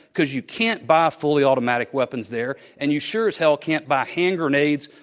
cause you can't buy fully automatic weapons there, and you sure as hell can't buy hand grenades,